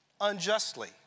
unjustly